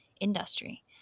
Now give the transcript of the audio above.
industry